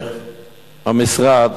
המשרד